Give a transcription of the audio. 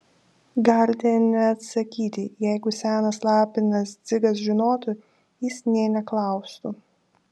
galite neatsakyti jeigu senas lapinas dzigas žinotų jis nė neklaustų